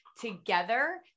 together